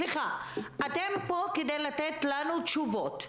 סליחה, אתם פה כדי לתת לנו תשובה.